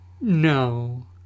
No